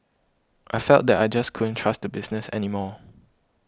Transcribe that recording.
I felt that I just couldn't trust the business any more